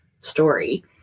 story